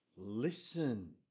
Listen